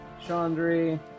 Chandri